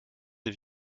des